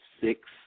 six